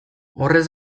horrez